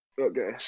Okay